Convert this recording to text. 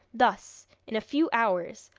thus, in a few hours,